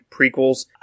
prequels